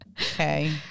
Okay